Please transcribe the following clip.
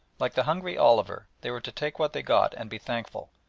like the hungry oliver they were to take what they got and be thankful,